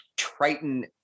Triton